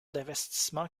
d’investissements